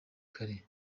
kare